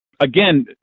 Again